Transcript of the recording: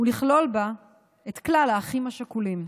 ולכלול בה את כלל האחים השכולים.